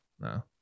no